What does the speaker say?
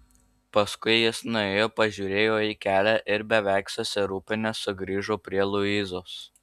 paskui jis nuėjo pažiūrėjo į kelią ir beveik susirūpinęs sugrįžo prie luizos